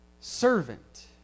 servant